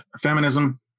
feminism